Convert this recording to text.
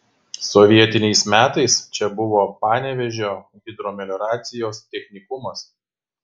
sovietiniais metais čia buvo panevėžio hidromelioracijos technikumas